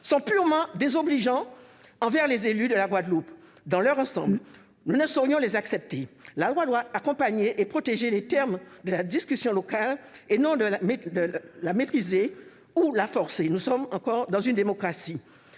sont purement désobligeants envers les élus de la Guadeloupe dans leur ensemble. Nous ne saurions les accepter. La loi doit accompagner et protéger les termes de la discussion locale, non la maîtriser ou la forcer. Nous sommes encore en démocratie